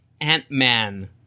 Ant-Man